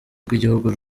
rw’igihugu